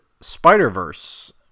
Spider-Verse